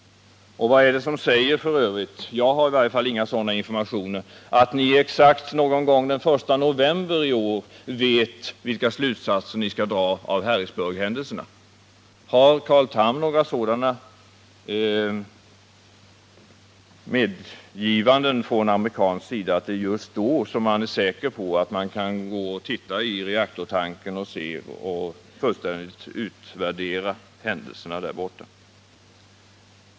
Vadärdet f. ö. som säger —-jag har i varje fall inga sådana informationer —att ni exakt från den 1 november i år vet vilka slutsatser ni skall dra av Harrisburghändelserna? Har Carl Tham några medgivanden från USA:s sida att det är just då som man kan gå och titta i reaktortanken och fullständigt utvärdera händelserna där borta?